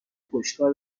پشتکار